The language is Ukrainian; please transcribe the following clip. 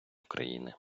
україни